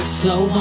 slow